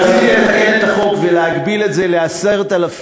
והנה, בא בג"ץ, חבר הכנסת אשר,